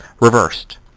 Reversed